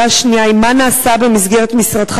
השאלה השנייה היא: מה נעשה במסגרת משרדך